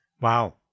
Wow